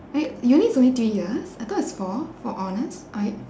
wait uni is only three years I thought it's four for honours or y~